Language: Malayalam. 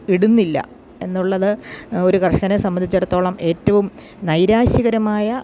ഇടുന്നില്ലെന്നുള്ളത് ഒരു കർഷകനെ സംബന്ധിച്ചിടത്തോളം ഏറ്റവും നൈരാശികരമായ